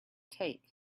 take